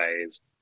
ways